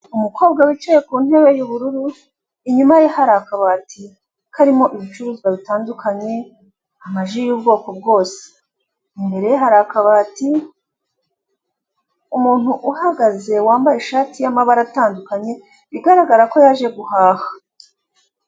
Umukobwa wicaye ku ntebe y'ubururu inyuma ye hari akabati karimo ibicuruzwa bitandukanye, amaji y'ubwoko bwose, imbere ye hari akabati, umuntu uhagaze wambaye ishati y'amabara atandukanye bigaragara ko yaje guhaha.